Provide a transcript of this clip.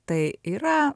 tai yra